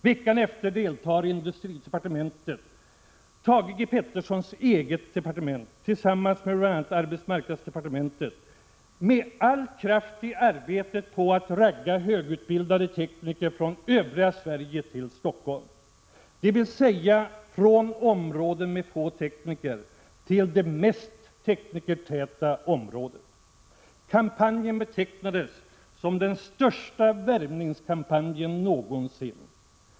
Veckan efter deltog industridepartementet — Thage G. Petersons eget departement — tillsammans med bl.a. arbetsmarknadsdepartementet med all kraft i arbetet med att ragga högutbildade tekniker från övriga Sverige till Stockholm, dvs. från områden med få tekniker till de mest teknikertäta områdena. Kampanjen betecknades som ”den största värvningskampanjen någonsin”.